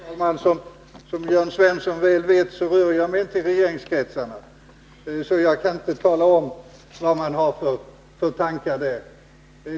Herr talman! Som Jörn Svensson väl vet rör jag mig inte i regeringskretsarna, så jag kan inte tala om vad man har för tankar där.